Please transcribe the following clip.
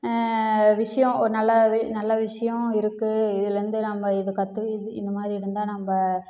விஷயம் ஒரு நல்லது நல்ல விஷயம் இருக்குது இதுலேருந்து நம்ம இதை கற்று இது இந்த மாதிரி இருந்தால் நம்ம